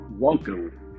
Welcome